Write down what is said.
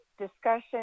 discussion